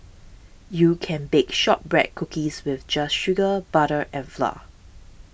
you can bake Shortbread Cookies with just sugar butter and flour